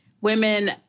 women